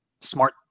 smart